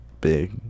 big